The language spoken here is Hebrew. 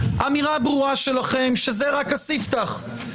אמירה ברורה שלכם שזה רק הספתח.